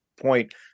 point